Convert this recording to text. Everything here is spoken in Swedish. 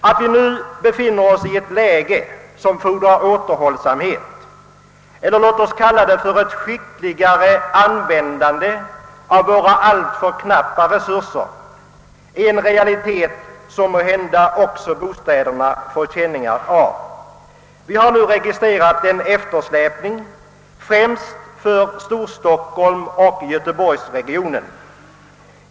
Att vi nu befinner oss i ett läge som fordrar återhållsamhet — eller låt mig säga ett skickligare användande av våra disponibla kapitalresurser — är en realitet som också bostadsbyggandet får känning av. Vi har registrerat en eftersläpning främst för Storstockholm och Göteborgs-regionen.